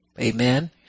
Amen